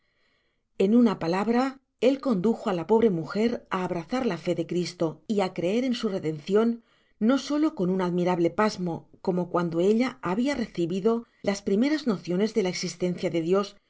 en una palabra él condujo á la pobre mujer á abrazar la fé de cristo y á creer en su redencion no solo con un admirable pasmo como cuando ella habia recibido las primeras nociones de la existencia de dios